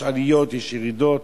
יש עליות, יש ירידות,